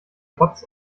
rotz